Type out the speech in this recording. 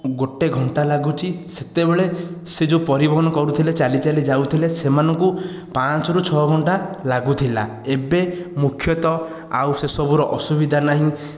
ଗୋଟିଏ ଘଣ୍ଟା ଲାଗୁଛି ସେତେବେଳେ ସେ ଯେଉଁ ପରିବହନ କରୁଥିଲେ ଚାଲି ଚାଲି ଯାଉଥିଲେ ସେମାନଙ୍କୁ ପାଞ୍ଚରୁ ଛଅ ଘଣ୍ଟା ଲାଗୁଥିଲା ଏବେ ମୁଖ୍ୟତଃ ଆଉ ସେ ସବୁର ଅସୁବିଧା ନାହିଁ